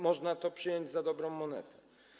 Można to przyjąć za dobrą monetę.